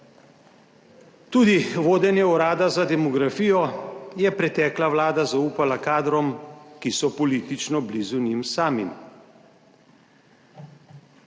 Tudi vodenje Urada za demografijo je pretekla vlada zaupala kadrom, ki so politično blizu njim samim.